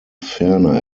ferner